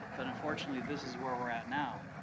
but unfortunately, this is where we're at now.